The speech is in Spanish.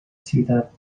ciudad